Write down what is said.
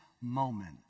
moment